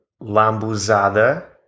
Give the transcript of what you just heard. lambuzada